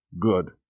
good